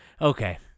okay